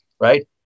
right